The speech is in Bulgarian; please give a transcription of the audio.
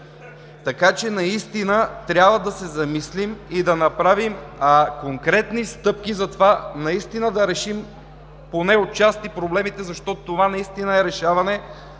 Така че наистина трябва да се замислим и да направим конкретни стъпки за това да решим поне отчасти проблемите, защото това е решаване